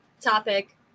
topic